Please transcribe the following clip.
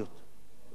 ולא רק